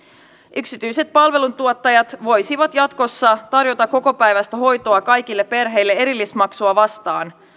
yksityiset palveluntuottajat voisivat jatkossa tarjota kokopäiväistä hoitoa kaikille perheille erillismaksua vastaan